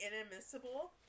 inadmissible